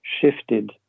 shifted